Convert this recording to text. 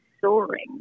soaring